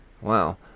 Wow